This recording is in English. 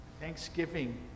Thanksgiving